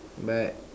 but